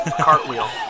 Cartwheel